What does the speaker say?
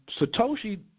Satoshi